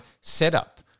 setup